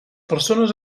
persones